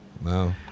No